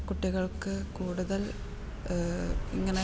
കുട്ടികൾക്ക് കൂടുതൽ ഇങ്ങനെ